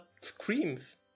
screams